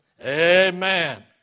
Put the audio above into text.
amen